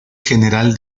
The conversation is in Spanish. general